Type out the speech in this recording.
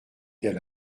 gars